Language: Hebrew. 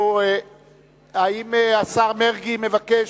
האם השר מרגי מבקש?